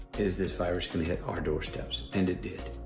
is this virus going to hit our doorsteps? and it did.